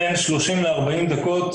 בין 30 ל-40 דקות